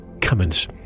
Cummins